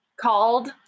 called